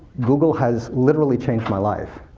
google has literally changed my life.